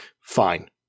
Fine